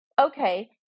okay